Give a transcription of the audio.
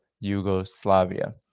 yugoslavia